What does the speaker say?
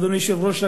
אדוני היושב-ראש,